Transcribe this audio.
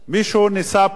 בהתנהלות הזאת,